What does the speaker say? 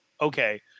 okay